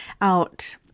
out